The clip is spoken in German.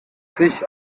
sich